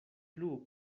plu